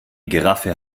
giraffe